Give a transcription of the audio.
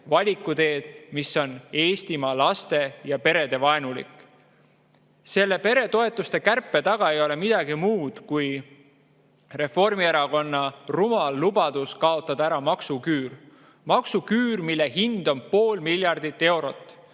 valiku teed, mis on Eestimaa laste ja perede vaenulik. Selle peretoetuste kärpe taga ei ole midagi muud kui Reformierakonna rumal lubadus kaotada ära maksuküür – maksuküür, mille hind on pool miljardit eurot.